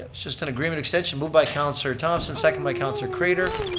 just an agreement extension moved by councilor thomsen, seconded by councilor craiter.